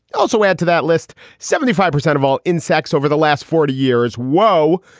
also add to that list seventy five percent of all insects over the last forty years. whoa,